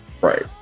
Right